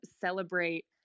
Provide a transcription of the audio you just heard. celebrate